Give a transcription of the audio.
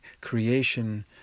creation